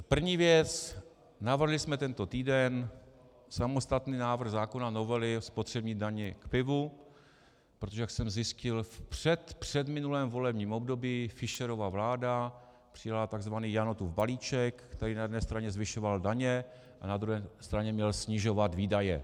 První věc, navrhli jsme tento týden samostatný návrh zákona, novely o spotřební dani k pivu, protože jak jsem zjistil, v předpředminulém volebním období Fischerova vláda přijala tzv. Janotův balíček, který na jedné straně zvyšoval daně, na druhé straně měl snižovat výdaje.